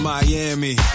Miami